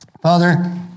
Father